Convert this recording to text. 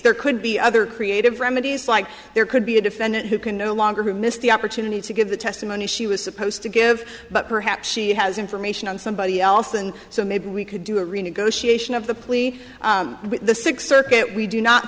there could be other creative remedies like there could be a defendant who can no longer miss the opportunity to give the testimony she was supposed to give but perhaps she has information on somebody else and so maybe we could do a renegotiation of the plea the sixth circuit we do not